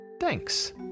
Thanks